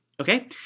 Okay